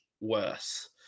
worse